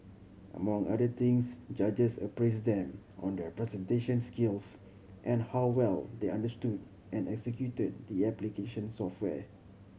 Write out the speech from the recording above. among other things judges appraised them on their presentation skills and how well they understood and executed the application software